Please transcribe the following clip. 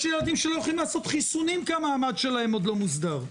יש ילדים שלא יכולים לעשות חיסונים כי המעמד שלהם עוד לא מוסדר.